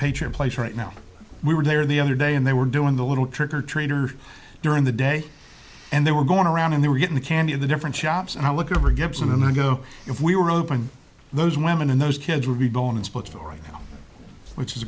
pager place right now we were there the other day and they were doing the little trick or treaters during the day and they were going around and they were getting the candy of the different shops and i look over gibson and i go if we were open those women and those kids would be gone in splitsville right now which is